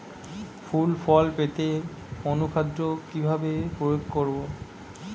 ফুল ফল পেতে অনুখাদ্য কিভাবে প্রয়োগ করব?